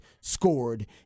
scored